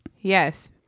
yes